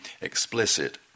explicit